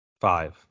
Five